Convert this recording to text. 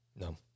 No